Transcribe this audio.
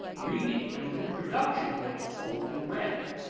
reading, and the reproduction of what is told and read.